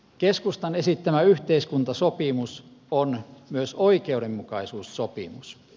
keskustan esittämä yhteiskuntasopimus on myös oikeudenmukaisuussopimus